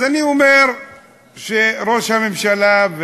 אז אני אומר שראש הממשלה,